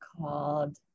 called